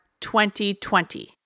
2020